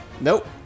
Nope